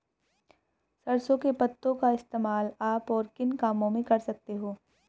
सरसों के पत्तों का इस्तेमाल आप और किन कामों में कर सकते हो?